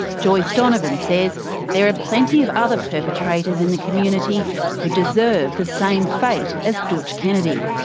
joyce donovan says there are plenty of other perpetrators in the community who deserve the same fate as dootch kennedy.